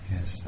Yes